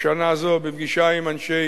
שנה זו, בפגישה עם אנשי